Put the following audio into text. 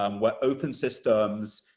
um we're open systems,